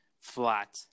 flat